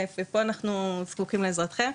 ופה אנחנו זקוקים לעזרתכם,